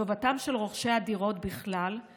טובתם של רוכשי הדירות בכלל,